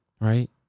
right